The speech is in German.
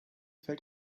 fällt